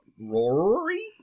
Rory